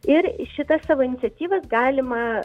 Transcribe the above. ir šitas savo iniciatyvas galima